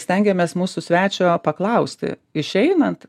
stengiamės mūsų svečio paklausti išeinant